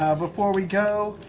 ah before we go,